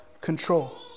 control